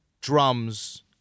drums